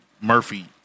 Murphy